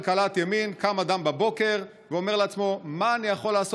בכלכלת ימין קם אדם בבוקר ואומר לעצמו: מה אני יכול לעשות